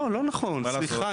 לא, לא נכון, סליחה.